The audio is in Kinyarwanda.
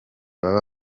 baba